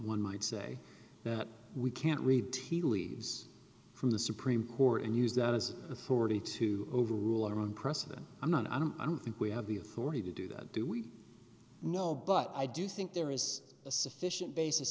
one might say that we can't read tea leaves from the supreme court and use that as authority to overrule our own precedent i'm not i don't i don't think we have the authority to do that do we know but i do think there is a sufficient basis